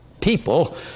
people